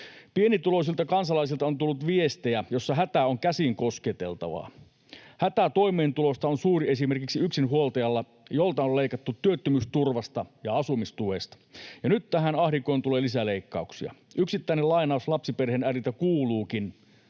Pienituloisilta kansalaisilta on tullut viestejä, joissa hätä on käsin kosketeltavaa. Hätä toimeentulosta on suuri esimerkiksi yksinhuoltajalla, jolta on leikattu työttömyysturvasta ja asumistuesta — ja nyt tähän ahdinkoon tulee lisäleikkauksia. Yksittäinen lainaus lapsiperheen äidiltä kuuluukin: